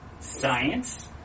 Science